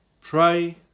Pray